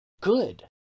good